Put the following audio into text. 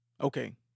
okay